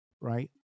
right